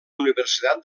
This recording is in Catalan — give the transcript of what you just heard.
universitat